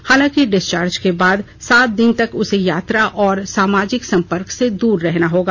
हालांकि डिस्चार्ज के बाद सात दिन तक उसे यात्रा और सामाजिक संपर्क से दूर रहना होगा